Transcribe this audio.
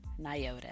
Nyota